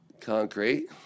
concrete